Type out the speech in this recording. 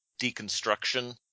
deconstruction